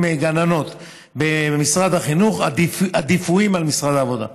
גננות במשרד החינוך עדיפים על אלה שבמשרד העבודה.